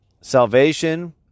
salvation